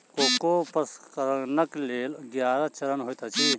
cocoa प्रसंस्करणक लेल ग्यारह चरण होइत अछि